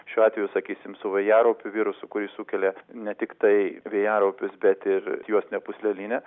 šiuo atveju sakysim su vėjaraupių virusu kuris sukelia ne tiktai vėjaraupius bet ir juostinę pūslelinę